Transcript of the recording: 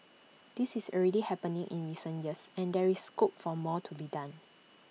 this is already happening in recent years and there is scope for more to be done